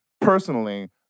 personally